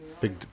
big